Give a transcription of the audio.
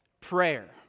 prayer